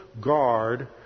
guard